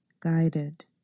guided